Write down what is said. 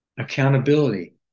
Accountability